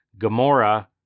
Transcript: Gamora